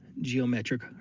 geometric